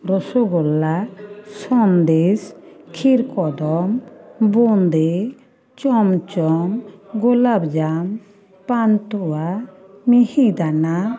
rasgulla sandesh khirkadam bundi chamcham golapjam pantua মিহিদানা